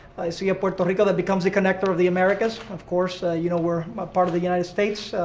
i see a puerto rico that becomes a connector of the americas. of course, ah you know, we're a part of the united states,